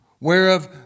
whereof